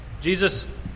Jesus